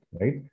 right